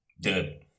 Dead